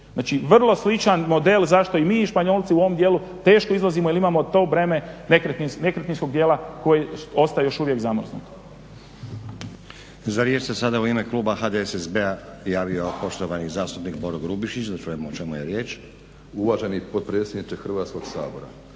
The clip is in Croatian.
Znači, vrlo sličan model zašto i mi i Španjolci u ovom dijelu teško izlazimo jer imamo to breme nekretninskog dijela koji ostaje još uvijek zamrznut. **Stazić, Nenad (SDP)** Za riječ se sada u ime kluba HDSSB-a javio poštovani zastupnik Boro Grubišić. Da čujemo o čemu je riječ. **Grubišić, Boro (HDSSB)** Uvaženi potpredsjedniče Hrvatskog sabora,